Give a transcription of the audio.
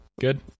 Good